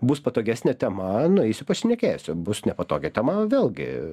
bus patogesnė tema nueisiu pašnekėsiu bus nepatogi tema vėlgi